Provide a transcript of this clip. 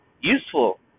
useful